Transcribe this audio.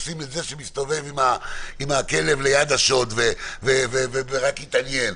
תופסים את זה שמסתובב עם הכלב ליד השוד ורק התעניין.